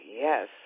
yes